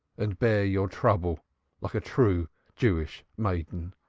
and bear your trouble like a true jewish maiden.